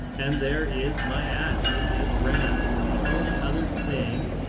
and there is my ad. it is ran. so the only other thing